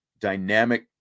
dynamic